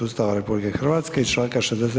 Ustava RH i čl. 60.